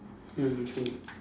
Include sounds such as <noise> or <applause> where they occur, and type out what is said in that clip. mm <noise>